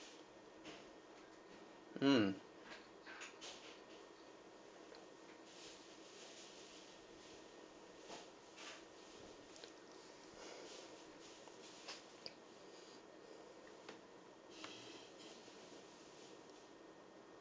mm